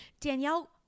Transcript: Danielle